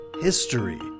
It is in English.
history